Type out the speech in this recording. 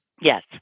Yes